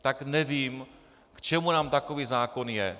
Tak nevím, k čemu nám takový zákon je.